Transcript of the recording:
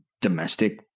domestic